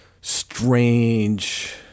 strange